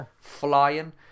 flying